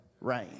Rain